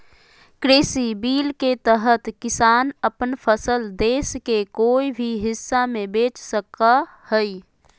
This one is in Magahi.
कृषि बिल के तहत किसान अपन फसल देश के कोय भी हिस्सा में बेच सका हइ